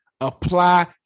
Apply